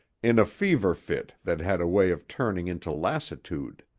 in a fever-fit that had a way of turning into lassitude.